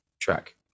track